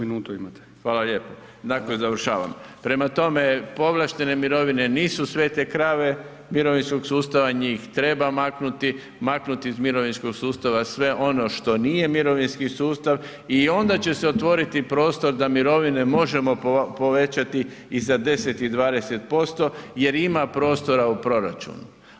I tako završavam, prema tome, povlaštene mirovine nisu svete krave mirovinskog sustava, njih treba maknuti, maknuti iz mirovinskog sustava sve ono što nije mirovinski sustav i onda će se otvoriti prostor da mirovine možemo povećati i za 10 i 20% jer ima prostora u proračunu.